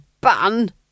ban